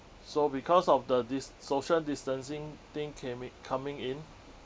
so because of the this social distancing thing came i~ coming in